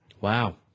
wow